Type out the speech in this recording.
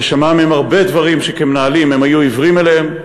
ושמע מהם הרבה דברים שכמנהלים הם היו עיוורים אליהם,